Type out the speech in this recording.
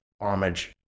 homage